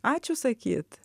ačiū sakyt